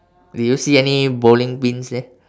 do you see any bowling pins there